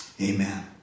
Amen